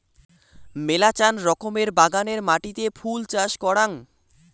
মেলাচান রকমের বাগানের মাটিতে ফুল চাষ করাং